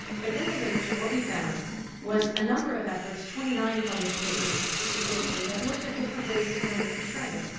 but in the literature what we found was a number of efforts, twenty nine published papers specifically, that looked at different ways to limit prescribing.